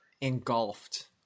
engulfed